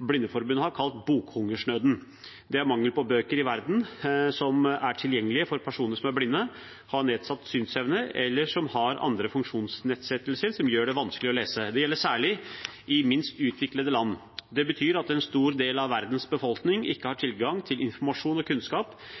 blindeforbund har kalt bokhungersnøden. Det er mangel på bøker i verden som er tilgjengelige for personer som er blinde, har nedsatt synsevne eller har andre funksjonsnedsettelser som gjør det vanskelig å lese. Dette gjelder særlig i minst utviklede land. Det betyr at en stor del av verdens befolkning ikke har tilgang til informasjon og kunnskap.